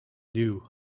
knew